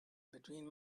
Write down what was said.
between